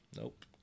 nope